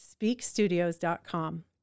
speakstudios.com